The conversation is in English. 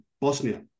Bosnia